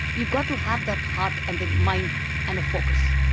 you've got to have that heart and the mind and a focus.